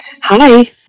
Hi